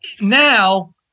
now